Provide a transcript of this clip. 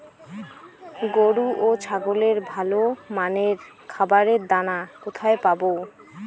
গরু ও ছাগলের ভালো মানের খাবারের দানা কোথায় পাবো?